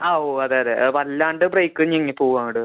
ആ ഓ അതെ അതെ വല്ലാണ്ട് ബ്രേക്ക് ഞെങ്ങി പോകുവങ്ങട്